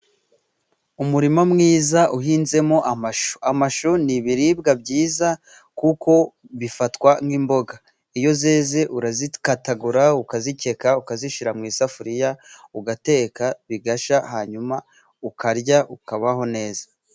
Umurima mwiza uhinzemo amashu. Amashu ni ibiribwa byiza kuko bifatwa nk'imboga. Iyo zeze urazikatagura, ukazikeka, ukazishyira mu isafuriya ugateka bigashya, hanyuma ukarya ukabaho neza.